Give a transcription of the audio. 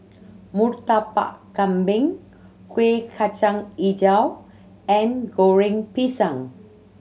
Murtabak Kambing Kueh Kacang Hijau and Goreng Pisang